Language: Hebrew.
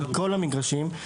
מכל המגרשים.